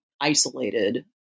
isolated